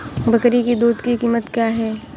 बकरी की दूध की कीमत क्या है?